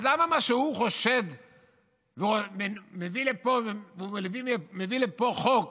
אז למה מה שהוא חושד בו, הוא מביא לפה חוק